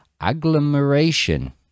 agglomeration